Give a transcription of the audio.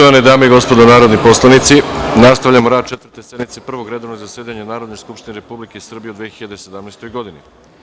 Poštovane dame i gospodo narodni poslanici, nastavljamo rad Četvrte sednice Prvog redovnog zasedanja Narodne skupštine Republike Srbije u 2017. godini.